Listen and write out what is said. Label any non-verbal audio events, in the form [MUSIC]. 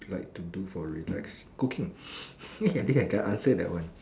like to do for relax cooking [BREATH] eh I can I can answer that one